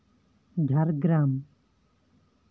Jhargram